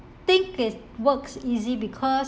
think it works easy because